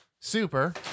Super